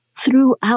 throughout